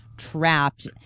trapped